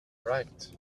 right